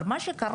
אבל מה שקרה,